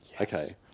Okay